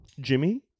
Jimmy